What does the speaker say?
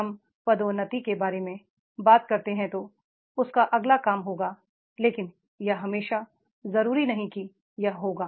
हम पदोन्नति के बारे में बात करते हैं जो उसका अगला काम होगा लेकिन यह हमेशा जरूरी नहीं है कि यह होगा